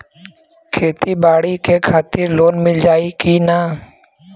खेती बाडी के खातिर लोन मिल जाई किना?